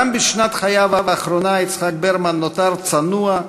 גם בשנת חייו האחרונה יצחק ברמן נותר צנוע,